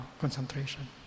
concentration